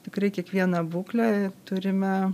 tikrai kiekvieną būklę turime